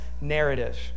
narrative